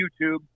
YouTube